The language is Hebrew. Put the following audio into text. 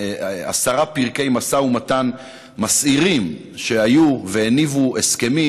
עשרה פרקי משא ומתן מסעירים שהיו והניבו הסכמים.